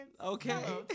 Okay